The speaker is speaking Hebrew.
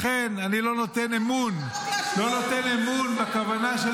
--- לכן אני לא נותן אמון בכוונה של